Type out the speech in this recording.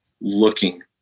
looking